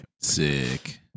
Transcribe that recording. Sick